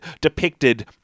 depicted